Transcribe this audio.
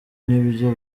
nibyo